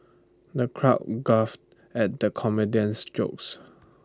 the crowd at the comedian's jokes